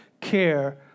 care